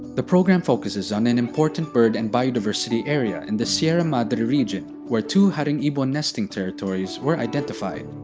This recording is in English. the program focuses on an important bird and biodiversity area in the sierra madre region where two haring ibon nesting territories were identified.